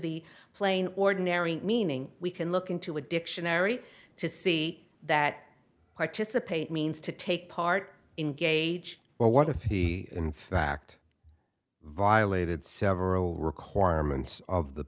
the plain ordinary meaning we can look into a dictionary to see that participate means to take part in gauge well what if he in fact violated several requirements of the